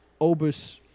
Obus